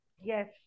Yes